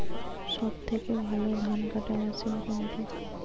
সবথেকে ভালো ধানকাটা মেশিন কোনটি?